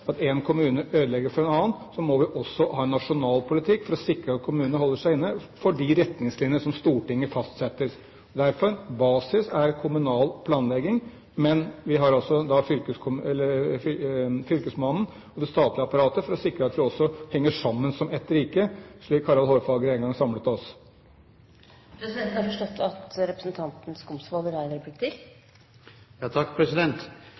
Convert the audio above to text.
at én kommune ødelegger for en annen, må vi også ha en nasjonal politikk for å sikre at kommunene holder seg innenfor de retningslinjer som Stortinget fastsetter. Derfor: Basis er kommunal planlegging, men vi har fylkesmannen og det statlige apparatet for å sikre at vi også henger sammen som ett rike – slik Harald Hårfagre en gang samlet oss. Det som vi ønsker å få fram i dagen, er at